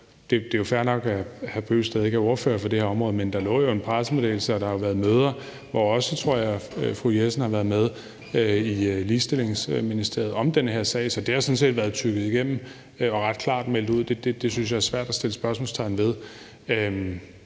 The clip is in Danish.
Det er fair nok, at hr. Kristian Bøgsted ikke er ordfører på det her område, men der lå jo en pressemeddelelse, og der har været møder, hvor også, tror jeg, fru Susie Jessen har været med, i Ligestillingsministeriet om den her sag. Så det har sådan set været tygget igennem og ret klart meldt ud. Det synes jeg det er svært at sætte spørgsmålstegn ved.